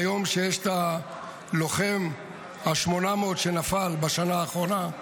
ביום שיש את הלוחם ה-800 שנפל בשנה האחרונה.